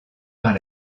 par